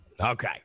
Okay